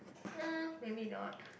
!huh! maybe not